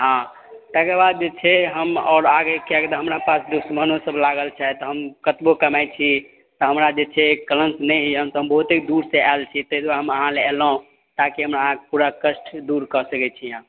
हँ तकर बाद जे छै हम आओर आगे कएकि तऽ हमरा पास दुश्मनो सब लागल छथि हम कतबो कमाइ छी तऽ हमरा जे छै कलङ्क नहि होइए तऽ हम बहुते दूरसँ आएल छी तहि दुआरे हम अहाँ लग एलहुँ ताकि हम अहाँके पूरा कष्ट दूर कऽ सकैत छी अहाँ